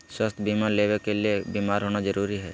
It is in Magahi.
स्वास्थ्य बीमा लेबे ले बीमार होना जरूरी हय?